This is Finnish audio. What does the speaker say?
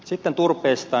sitten turpeesta